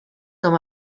com